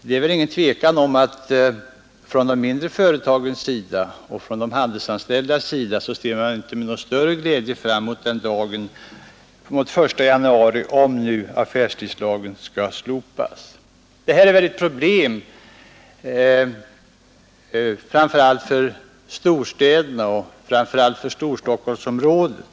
Det är väl inget tvivel om att de mindre företagen och de handelsanställda inte med någon större glädje ser fram emot den 1 januari om affärstidslagen då kommer att slopas. Detta är ett problem framför allt för storstäderna och särskilt för Storstockholmsområdet.